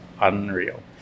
unreal